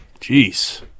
Jeez